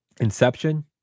Inception